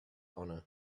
honor